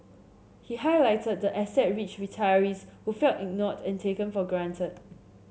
he highlighted the asset rich retirees who felt ignored and taken for granted